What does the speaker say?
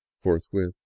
forthwith